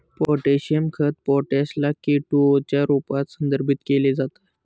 potassium खत potash ला K two O च्या रूपात संदर्भित केल जात